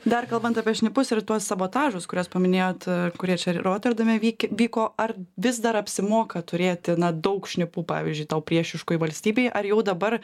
dar kalbant apie šnipus ir tuos sabotažas kuriuos paminėjot kurie čia ir roterdame vyk vyko ar vis dar apsimoka turėti na daug šnipų pavyzdžiui tau priešiškoj valstybėj ar jau dabar